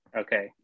Okay